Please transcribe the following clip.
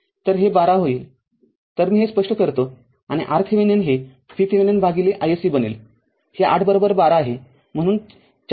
तर हे १२ होईल तर मी हे स्पष्ट करतो आणि RThevenin हे VThevenin भागिले isc बनेल हे ८१२ आहे म्हणून ४